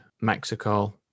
Mexico